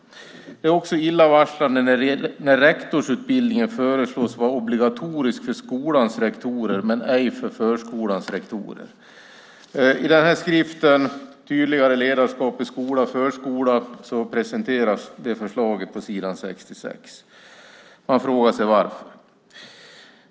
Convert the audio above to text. Det är också illavarslande när rektorsutbildningen föreslås vara obligatorisk för skolans rektorer men ej för förskolans rektorer. I skriften Tydligare ledarskap i skolan och förskolan presenteras det förslaget på s. 66. Man frågar sig varför.